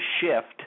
shift